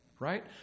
Right